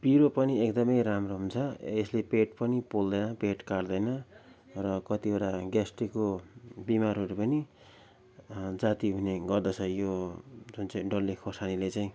पिरो पनि एकदमै राम्रो हुन्छ यसले पेट पनि पोल्दैन पेट काट्दैन र कतिवटा ग्यास्टिकको बिमारहरू पनि जाती हुने गर्दछ यो जुन चाहिँ डल्ले खोर्सानीले चाहिँ